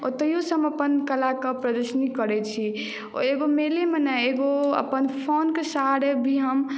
ओतैयो सँ हम अपन कला के प्रदर्शनी करैत छी ओहि मेले मे नहि एगो अपन फ़ोन के सहारे भी हम